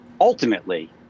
ultimately